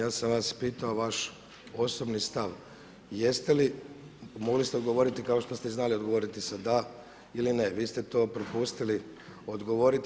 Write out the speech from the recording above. Ja sam vas pitao vaš osobni stav, jeste li, mogli ste odgovoriti kao što ste i znali odgovoriti sa da ili ne, vi ste to propustili odgovoriti.